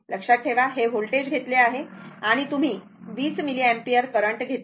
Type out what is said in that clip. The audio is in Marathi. लक्षात ठेवा हे व्होल्टेज घेतले आहे आणि तुम्ही 20 मिलिअम्पियर करंट घेतले आहे